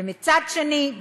ומצד שני,